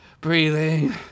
breathing